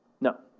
No